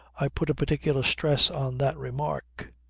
i put a particular stress on that remark.